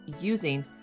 using